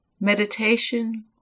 meditation